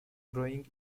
growing